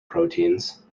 proteins